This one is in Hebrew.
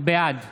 בעד